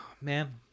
man